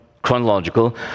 chronological